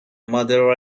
mother